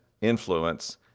influence